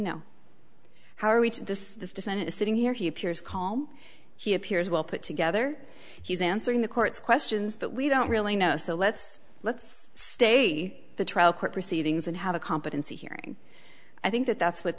know how are we to this this defendant is sitting here he appears calm he appears well put together he's answering the court's questions but we don't really know so let's state the trial court proceedings and have a competency hearing i think that that's what